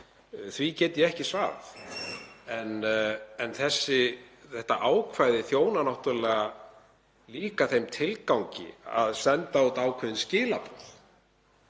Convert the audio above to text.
Því get ég ekki svarað. En þetta ákvæði þjónar náttúrlega líka þeim tilgangi að senda út ákveðin skilaboð